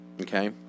okay